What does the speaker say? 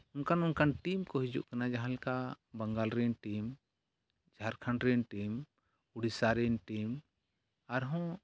ᱚᱱᱠᱟᱱ ᱚᱱᱠᱟᱱ ᱴᱤᱢ ᱦᱤᱡᱩᱜ ᱠᱟᱱᱟ ᱡᱟᱦᱟᱸ ᱞᱮᱠᱟ ᱵᱟᱝᱜᱟᱞ ᱨᱮᱱ ᱴᱤᱢ ᱡᱷᱟᱲᱠᱷᱚᱸᱰ ᱨᱮᱱ ᱴᱤᱢ ᱩᱲᱤᱥᱥᱟ ᱨᱮᱱ ᱴᱤᱢ ᱟᱨᱦᱚᱸ